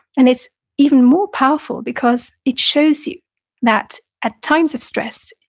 and it's even more powerful because it shows you that at times of stress,